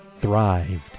thrived